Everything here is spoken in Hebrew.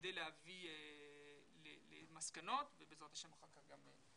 כדי להביא למסקנות ובעזרת ה' אחר כך גם לתוצאות.